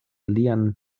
lian